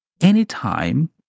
Anytime